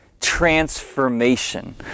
transformation